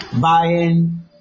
buying